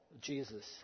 Jesus